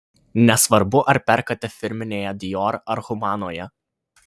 nesvarbu ar perkate firminėje dior ar humanoje